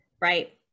Right